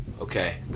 okay